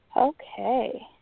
Okay